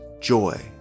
joy